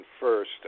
first